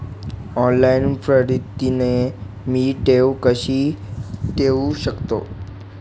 Online पद्धतीने मी ठेव कशी ठेवू शकतो?